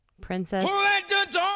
Princess